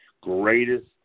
greatest